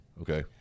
Okay